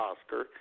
Oscar